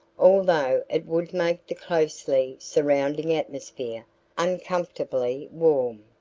although it would make the closely surrounding atmosphere uncomfortably warm.